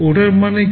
ওটার মানে কি